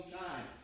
time